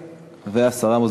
של חברת הכנסת מיכאלי,